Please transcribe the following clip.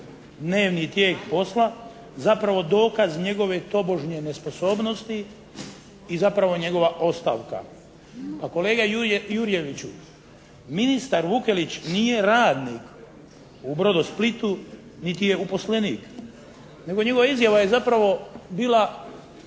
dnevni tijek posla zapravo dokaz njegove tobožnje nesposobnosti i zapravo njegova ostavka. Pa kolega Jurjeviću ministar Vukelić nije radnik u "Brodosplitu" niti je uposlenik, nego njegova izjava je zapravo bila